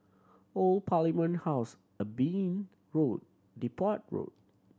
Old Parliament House Eben Road Depot Road